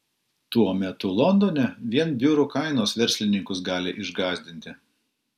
tuo metu londone vien biurų kainos verslininkus gali išgąsdinti